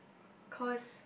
cause